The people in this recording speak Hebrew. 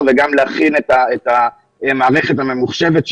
וגם להכין את המערכת הממוחשבת שלנו.